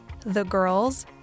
thegirls